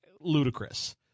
ludicrous